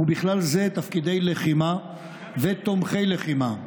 ובכלל זה תפקידי לחימה ותומכי לחימה,